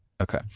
Okay